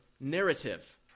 narrative